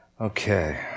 Okay